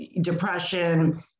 depression